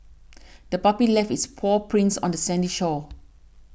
the puppy left its paw prints on the sandy shore